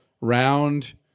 round